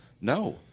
No